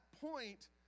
point